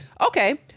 Okay